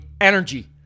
energy